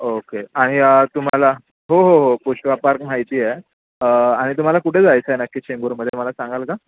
okay आणि तुम्हाला हो हो हो पुष्वा पार्क माहिती आहे आणि तुम्हाला कुठे जायचं आहे नक्की चेंबूरमध्ये मला सांगाल का